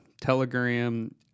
Telegram